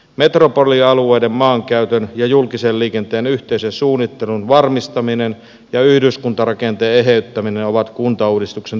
metropolialueiden maankäytön ja julkisen liikenteen yhteisen suunnittelun varmistaminen ja yhdyskuntarakenteen eheyttäminen ovat kuntauudistuksen tärkeimpiä tavoitteita